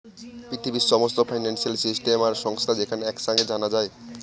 পৃথিবীর সমস্ত financial system আর সংস্থা যেখানে এক সাঙে জানা যায়